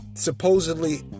Supposedly